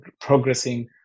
progressing